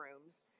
rooms